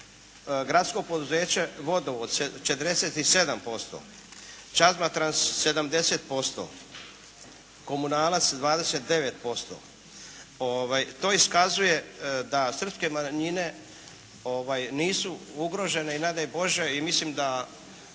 Gradsko poduzeće vodovod 47%, Čazmatrans 70%, Komunalac 29%. To iskazuje da srpske manjine nisu ugrožene i ne daj Bože i mislim da